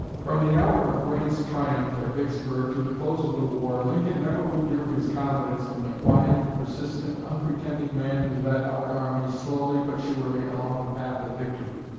from the hour of grant's triumph at vicksburg to the close of the war, lincoln never withdrew his confidence from the quiet, persistent, unpretending man who led our armies slowly but surely along the path of victory.